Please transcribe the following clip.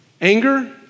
Anger